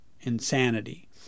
insanity